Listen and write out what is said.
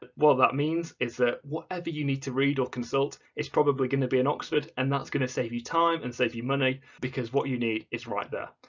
but that means is that whatever you need to read or consult it's probably going to be an oxford and that's going to save you time and save you money because what you need is right there.